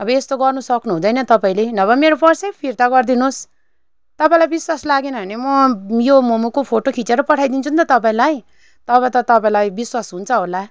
अब यस्तो गर्नु सक्नुहुँदैन तपाईँले नभए मेरो पैसै फिर्ता गरिदिनुहोस् तपाईँलाई विश्वास लागेन भने म यो मोमोको फोटो खिचेर पठाइदिन्छु नि त तपाईँलाई तब त तपाईँलाई विश्वास हुन्छ होला